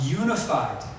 unified